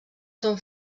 són